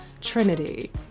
trinity